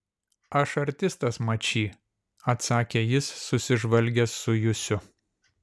aš artistas mačy atsakė jis susižvalgęs su jusiu